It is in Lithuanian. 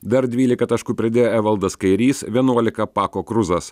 dar dvylika taškų pridėjo evaldas kairys vienuolika pako kruzas